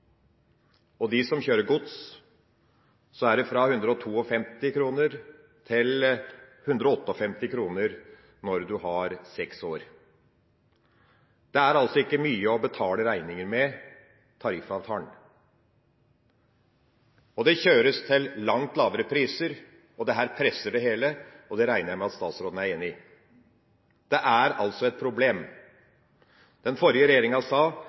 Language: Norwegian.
de som kjører gods, er det fra 152 kr til 158 kr når en har jobbet seks år. Tariffavtalen er altså ikke mye å betale regningene med. Det kjøres til langt lavere priser, og dette presser det hele, og det regner jeg med at statsråden er enig i. Det er et problem. Den forrige regjeringa sa